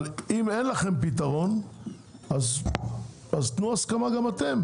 אבל אם אין לכם פתרון אז תנו הסכמה גם אתם